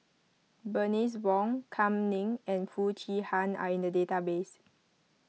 Bernice Wong Kam Ning and Foo Chee Han are in the database